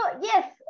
yes